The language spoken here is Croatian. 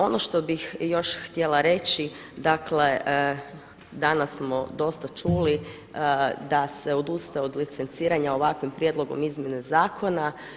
Ono što bih još htjela reći, dakle danas smo dosta čuli da se odustaje od licenciranja ovakvim prijedlogom izmjene zakona.